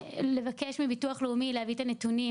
לבקש מביטוח הלאומי להביא את הנתונים,